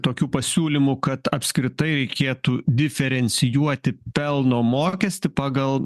tokių pasiūlymų kad apskritai reikėtų diferencijuoti pelno mokestį pagal